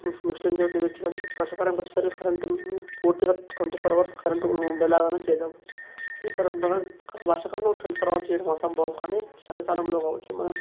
next ఏం జరుగుతుందో wait చెయ్యాలి వర్షాకాలంకి వచ్చేసరికి కరెంట్ పూర్తిగా ట్వంటీ ఫోర్ అవర్స్ కరెంట్ ఉండేలాగైనా చేద్దాం చేస్తారంట వర్షాకాలంలో ట్వంటీ ఫోర్ అవర్స్ చెయ్యడం అసంభవం కానీ చలికాలంలో కావచ్చు మనం